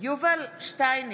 יובל שטייניץ,